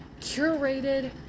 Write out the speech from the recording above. curated